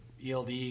ELD